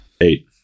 Eight